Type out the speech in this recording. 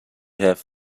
have